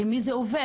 למי זה עובר?